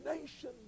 nation